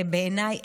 בעיניי,